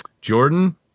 Jordan